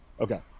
Okay